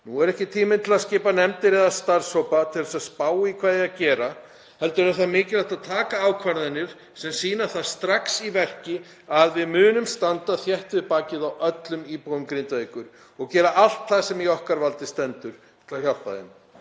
Nú er ekki tíminn til að skipa nefndir eða starfshópa til að spá í hvað eigi að gera heldur er mikilvægt að taka ákvarðanir sem sýna það strax í verki að við munum standa þétt við bakið á öllum íbúum Grindavíkur og gera allt það sem í okkar valdi stendur til að hjálpa þeim.